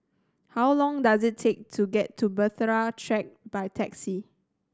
how long does it take to get to Bahtera Track by taxi